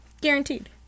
Guaranteed